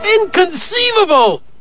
Inconceivable